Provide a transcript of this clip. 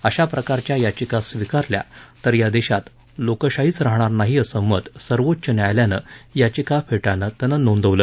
अशा प्रकारच्या याचिका स्वीकारल्या तर या देशात लोकशाहीच राहणार नाही असं मत सर्वोच्च न्यायालयानं याचिका फेटाळताना नोंदवलं